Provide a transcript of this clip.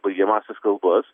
baigiamąsias kalbas